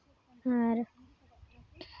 ᱟᱨ